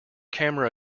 camera